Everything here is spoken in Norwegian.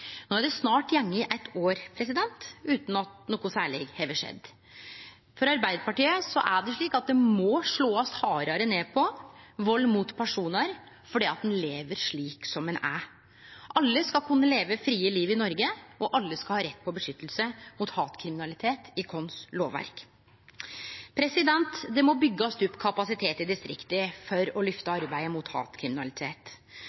No har det snart gått eit år utan at noko særleg har skjedd. Arbeidarpartiet meiner at det må bli slått hardare ned på vald som blir utført mot personar fordi ein lever slik som ein er. Alle skal kunne leve frie liv i Noreg, og alle skal ha rett på skydd mot hatkriminalitet i lovverket vårt. Det må byggjast opp kapasitet i distrikta for å